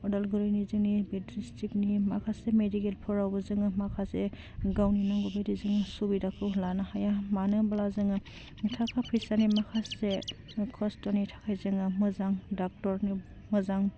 अदालगुरिनि जोंनि बे ड्रिसस्टिक्टनि माखासे मेडिकेलफोरावबो जोङो माखासे गावनि नांगौबायदि जोङो सुबिदाखौ लानो हाया मानो होमब्ला जोङो थाखा फैसानि माखासे खस्थ'नि थाखाय जोङो मोजां डाक्टरनि मोजां